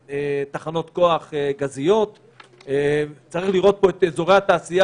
תחנות כוח גזיות; צריך לראות פה את אזורי התעשייה,